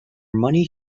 money